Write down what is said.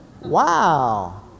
Wow